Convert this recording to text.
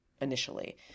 initially